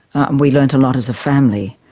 and we learned a lot as a family.